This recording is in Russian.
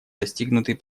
достигнутый